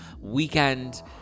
weekend